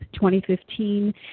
2015